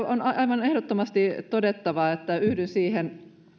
on aivan ehdottomasti todettava että yhdyn